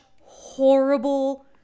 horrible